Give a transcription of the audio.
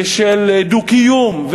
ושל דו-קיום,